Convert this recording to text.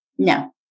No